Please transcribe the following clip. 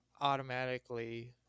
automatically